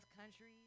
countries